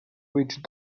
witch